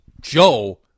Joe